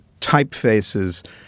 typefaces